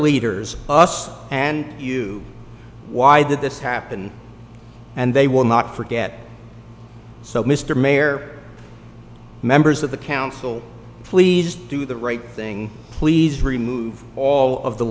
leaders us and you why did this happen and they will not forget so mr mayor members of the council please do the right thing please remove all of the